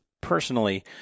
personally